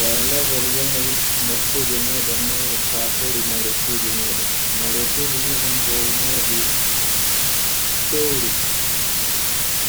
waylagol yanayi makkuje meɗen noy safure mare fuje meɗen, mare fuje meɗen bo nyocci feuri